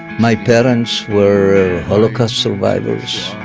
my parents were holocaust survivors,